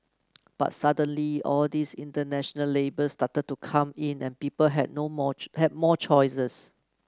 but suddenly all these international labels started to come in and people had no more had more choices